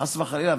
חס וחלילה,